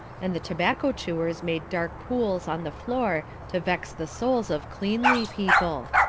and the tobacco-chewers made dark pools on the floor to vex the souls of cleanly people.